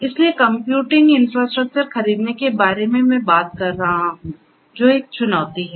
इसलिए computing infrastructure खरीदने के बारे में मैं बात कर रहा हूं जो एक चुनौती है